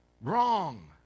Wrong